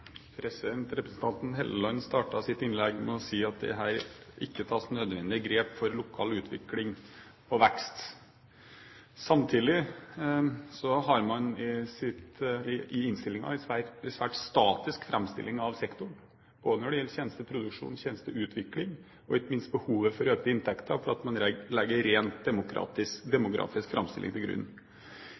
Representanten Helleland startet sitt innlegg med å si at det her ikke tas nødvendige grep for lokal utvikling og vekst. Samtidig har man i innstillingen en svært statisk framstilling av sektoren, både når det gjelder tjenesteproduksjon, tjenesteutvikling og ikke minst behovet for økte inntekter ved at man legger ren demografisk framstilling til grunn.